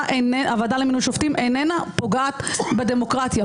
למינוי שופטים איננה פוגעת בדמוקרטיה,